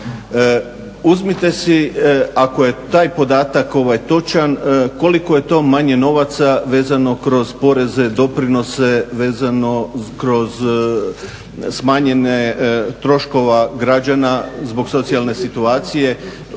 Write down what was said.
Uzmite si ako je taj podatak točan koliko je to manje novaca vezano kroz poreze, doprinose, vezano kroz smanjenje troškova građana zbog socijalne situacije,